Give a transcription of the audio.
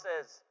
says